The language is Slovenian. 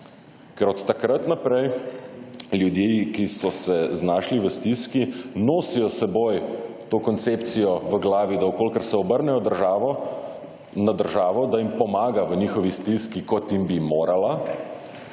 ker od takrat naprej ljudje, ki so se znašli v stiski, nosijo s seboj to koncepcijo v glavo, da v kolikor se obrnejo na državo, da jim pomaga v njihovi stiski, kot jim bi morala,